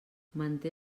manté